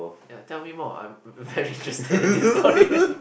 ya tell me more I'm very interested in this story